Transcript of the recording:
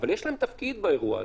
אבל יש להם תפקיד באירוע הזה.